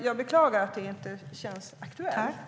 Jag beklagar därför att det inte känns aktuellt.